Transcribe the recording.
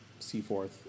C4th